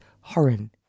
Horan